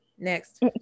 next